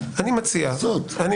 של שלוש דקות וזה יהיה לכל היום,